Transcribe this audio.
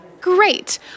Great